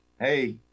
hey